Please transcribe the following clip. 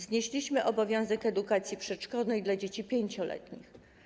Znieśliśmy obowiązek edukacji przedszkolnej dla dzieci 5-letnich.